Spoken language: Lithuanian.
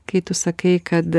kai tu sakai kad